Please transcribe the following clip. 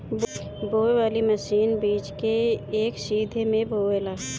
बोवे वाली मशीन बीज के एक सीध में बोवेले